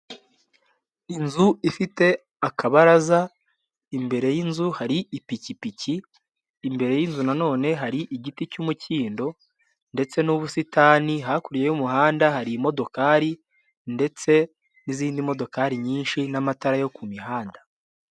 Inzu ifite akabaraza imbere y'inzu hari ipikipiki imbere y'inzu na nonene hari igiti cy'umukindo ndetse n'ubusitani hakurya y'umuhanda hari imodokari ndetse n'izindi modokari nyinshi n'amatara yo ku mihanda.